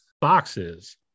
boxes